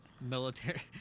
military